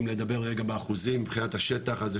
אם נדבר רגע באחוזים מבחינת השטח אז זה